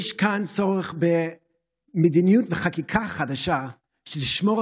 יש כאן צורך במדיניות וחקיקה חדשות שישמרו